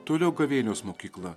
toliau gavėnios mokykla